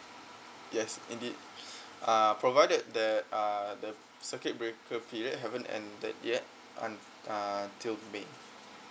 yes indeed uh provided that uh the circuit breaker period haven't ended yet un~ uh till may